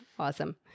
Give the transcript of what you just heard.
Awesome